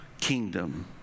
kingdom